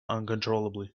uncontrollably